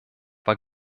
war